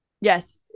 yes